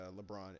LeBron